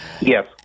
Yes